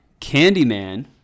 Candyman